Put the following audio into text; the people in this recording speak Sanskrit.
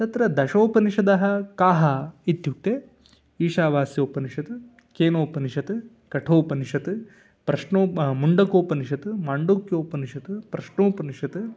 तत्र दशोपनिषदः के इत्युक्ते ईशावास्योपनिषत् केनोपनिषत् कठोपनिषत् प्रश्नो प मुण्डकोपनिषत् माण्डूक्योपनिषत् प्रश्नोपनिषत्